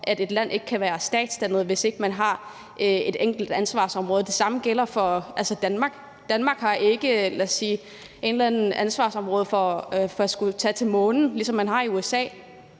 så et land ikke kan være dannet som stat, hvis der er et enkelt ansvarsområde, man ikke har. Det samme gælder for Danmark. Altså, Danmark har ikke som ansvarsområde at skulle tage til månen, ligesom man har det i USA,